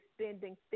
spending